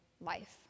life